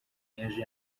yaje